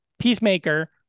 Peacemaker